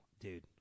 dude